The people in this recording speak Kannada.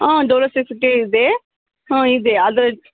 ಹಾಂ ಡೋಲೋ ಸಿಕ್ಸ್ ಫಿಫ್ಟಿ ಇದೆ ಹ್ಞೂ ಇದೆ ಅದು